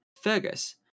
Fergus